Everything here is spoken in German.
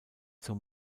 zur